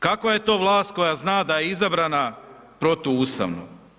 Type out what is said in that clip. Kakva je to vlast koja zna da je izabrana protuustavno?